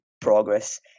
progress